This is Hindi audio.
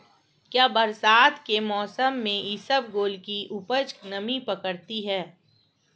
क्या बरसात के मौसम में इसबगोल की उपज नमी पकड़ती है?